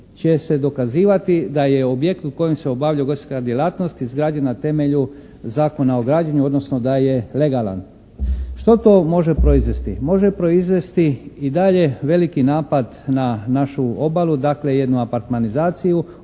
će se dokazivati da je objekt u kojem se obavlja ugostiteljska djelatnost izgrađen na temelju Zakona o građenju odnosno da je legalan. Što to može proizvesti? Može proizvesti i dalje veliki napad na našu obalu, dakle jednu apartmanizaciju